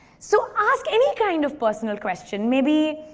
so ask any kind of personal question. maybe